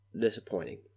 disappointing